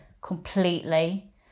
completely